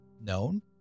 known